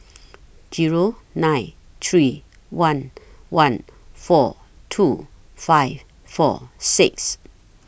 Zero nine three one one four two five four six